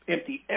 empty